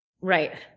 Right